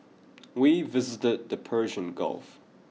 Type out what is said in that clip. we visited the Persian Gulf